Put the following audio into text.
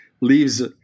leaves